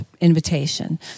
invitation